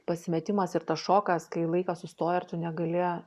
pasimetimas ir tas šokas kai laikas sustoja ir tu negali